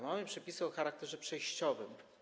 Mamy przepisy o charakterze przejściowym.